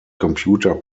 computer